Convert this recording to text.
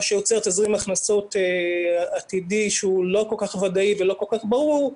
מה שיוצר תזרים הכנסות עתידי שהוא לא כל כך ודאי ולא כל כך ברור.